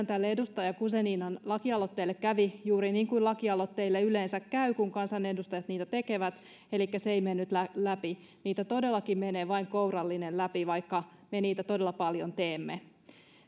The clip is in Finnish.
tälle edustaja guzeninan lakialoitteelle kävi juuri niin kuin lakialoitteille yleensä käy kun kansanedustajat niitä tekevät elikkä se ei mennyt läpi niitä todellakin menee vain kourallinen läpi vaikka me niitä todella paljon teemme